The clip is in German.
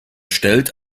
stellt